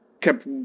kept